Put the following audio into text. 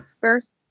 first